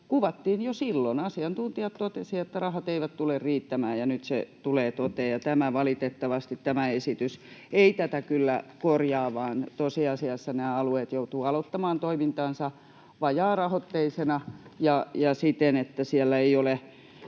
kuvattiin jo silloin. Asiantuntijat totesivat, että rahat eivät tule riittämään, ja nyt se tulee toteen, ja tämä esitys valitettavasti ei tätä kyllä korjaa, vaan tosiasiassa nämä alueet joutuvat aloittamaan toimintansa vajaarahoitteisina ja siten, että siellä ei ole